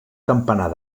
campanar